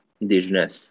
indigenous